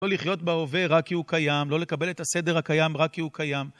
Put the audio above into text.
לא לחיות בהווה רק כי הוא קיים, לא לקבל את הסדר הקיים רק כי הוא קיים.